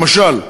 למשל,